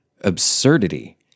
absurdity